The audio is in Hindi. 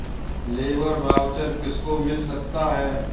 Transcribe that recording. लेबर वाउचर किसको मिल सकता है?